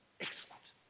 Excellent